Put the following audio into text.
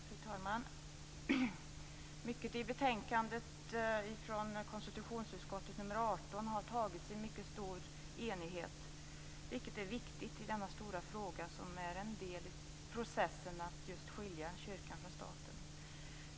Fru talman! Mycket i betänkande 18 från konstitutionsutskottet har antagits i mycket stor enighet, vilket är viktigt i denna stora fråga som är en del i processen att skilja kyrkan från staten.